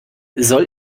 soll